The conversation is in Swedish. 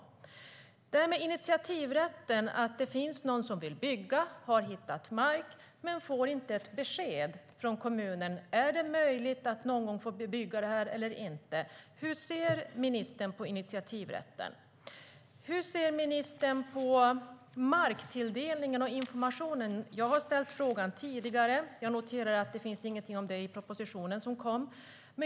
Hur ser ministern på initiativrätten, när det finns någon som vill bygga och har hittat mark men som inte får besked från kommunen om det är möjligt att få bygga någon gång eller inte? Hur ser ministern på marktilldelningen och informationen? Jag har ställt frågan tidigare, och jag noterar att det inte finns något om detta i den proposition som kom.